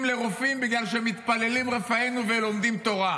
לרופאים בגלל שהם מתפללים "רפאנו" ולומדים תורה,